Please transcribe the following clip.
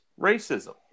racism